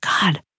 God